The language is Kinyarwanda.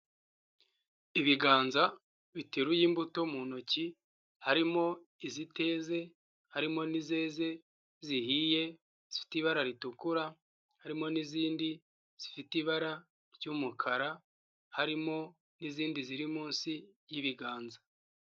Ibiganza biteruye imbuto mu ntoki, harimo iziteze, harimo n'izeze zihiye zifite ibara ritukura, harimo n'izindi zifite ibara ry'umukara, harimo n'izindi ziri munsi y'ibiganza.